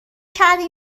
کردیم